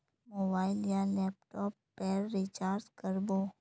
Mobile या laptop पेर recharge कर बो?